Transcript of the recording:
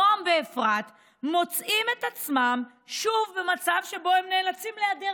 נועם ואפרת מוצאים את עצמם שוב במצב שבו הם נאלצים להיעדר